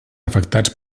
afectats